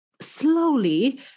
slowly